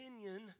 opinion